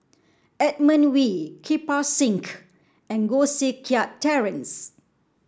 Edmund Wee Kirpal Singh and Koh Seng Kiat Terence